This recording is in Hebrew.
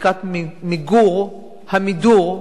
לקראת מיגור המידור וההדרה,